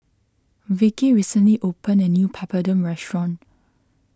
Vicki recently opened a new Papadum restaurant